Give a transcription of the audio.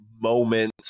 moment